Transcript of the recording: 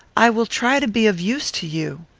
i will try to be of use to you.